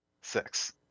Six